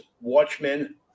Watchmen